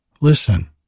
Listen